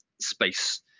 space